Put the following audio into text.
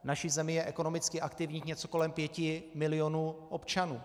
V naší zemi je ekonomicky aktivních něco kolem 5 milionů občanů.